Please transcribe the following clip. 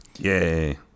Yay